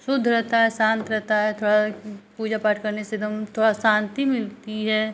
शुद्ध रहता है शान्त रहता है थोड़ा पूजा पाठ करने से एकदम थोड़ी शान्ति मिलती है